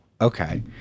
okay